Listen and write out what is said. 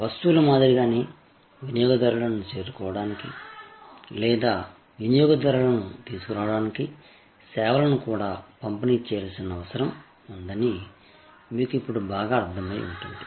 వస్తువుల మాదిరిగానే వినియోగదారులను చేరుకోవడానికి లేదా వినియోగదారులను తీసుకురావడానికి సేవలను కూడా పంపిణీ చేయాల్సిన అవసరం ఉందని మీకు ఇప్పుడు బాగా అర్థమై ఉంటుంది